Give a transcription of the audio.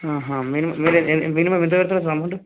మీరు మినిమం ఎంత కడతారు సార్ అమౌంట్